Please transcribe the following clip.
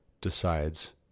decides